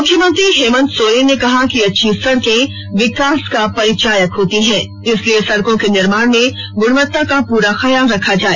मुख्यमंत्री हेमंत सोरेन ने कहा कि अच्छी सड़कें विकास का परिचायक होती है इसलिए सड़कों के निर्माण में गुणवत्ता का पूरा ख्याल रखा जाए